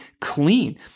clean